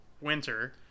winter